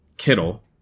Kittle